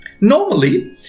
Normally